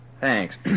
Thanks